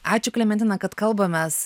ačiū klementina kad kalbamės